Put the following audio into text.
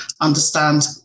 understand